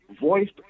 voiced